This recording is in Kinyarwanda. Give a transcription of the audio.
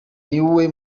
niwe